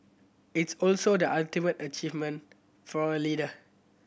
it's also the ultimate achievement for a leader